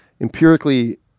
empirically